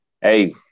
hey